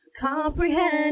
comprehend